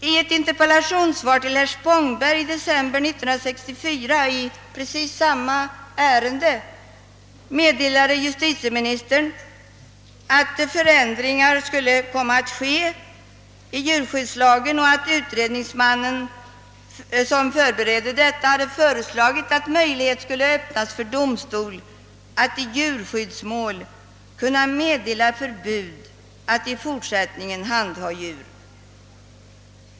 I ett interpellationssvar till herr Spångberg i december 1964 i samma fråga meddelade justitieministern att förändringar skulle komma att vidtagas i diurskyddslagen och att den utredningsman som förberedde dessa hade föreslagit att möjlighet skulle öppnas för domstol att i djurskyddsmål meddela förbud att i fortsättningen handha djur.